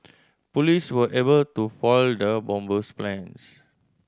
police were able to foil the bomber's plans